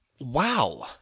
Wow